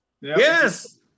Yes